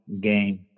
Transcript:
game